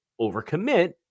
overcommit